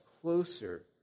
closer